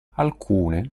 alcune